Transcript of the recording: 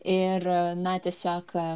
ir na tiesiog